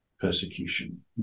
persecution